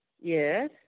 Yes